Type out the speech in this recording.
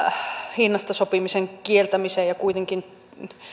hinnasta sopimisen kieltämiseen ja kuitenkin